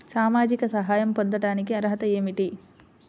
సామాజిక సహాయం పొందటానికి అర్హత ఏమిటి?